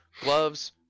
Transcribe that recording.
gloves